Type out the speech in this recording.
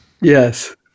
Yes